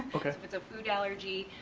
okay. so if it's a food allergy.